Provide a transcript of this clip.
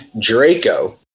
Draco